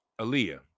Aaliyah